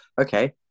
okay